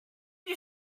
you